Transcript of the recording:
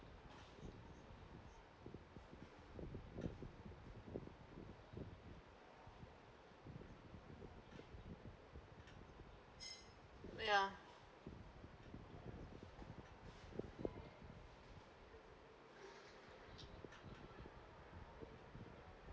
oh ya